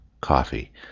coffee